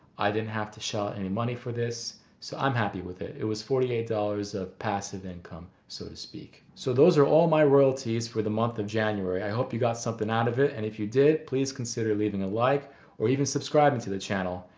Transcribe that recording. i didn't have to shell any money for this so i'm happy with it. it was forty eight dollars of passive income, so to speak. so those are all my royalties for the month of january. i hope you got something out of it and if you did please consider leaving a like or even subscribing to the channel.